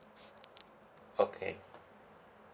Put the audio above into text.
okay